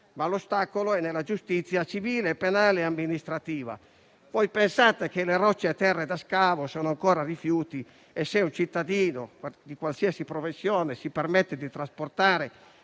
ma l'ostacolo è nella giustizia civile, penale e amministrativa. Pensate che le rocce e le terre da scavo sono ancora considerate rifiuti e se un cittadino, di qualsiasi professione, si permette di trasportare